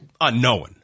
unknown